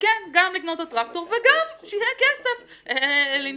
וכן גם לקנות את הטרקטור וגם שיהיה כסף לנסוע